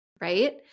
right